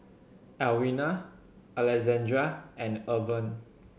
Alwina Alexandria and Irven